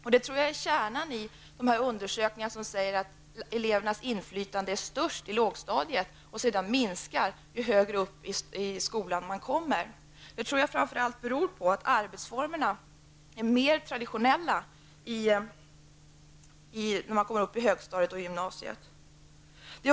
Detta tror jag är kärnan i de undersökningar som säger att elevernas inflytande är störst på lågstadiet och sedan minskar ju högre upp i skolan man kommer. Det tror jag beror på att arbetsformerna är mer traditionella när man kommer upp till högstadiet och gymnasiet.